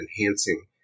enhancing